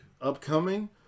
upcoming